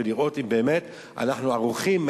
ולראות אם באמת אנחנו ערוכים,